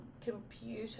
computer